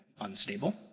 unstable